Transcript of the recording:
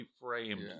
framed